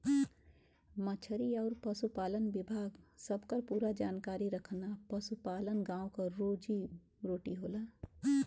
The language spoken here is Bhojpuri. मछरी आउर पसुपालन विभाग सबकर पूरा जानकारी रखना पसुपालन गाँव क रोजी रोटी होला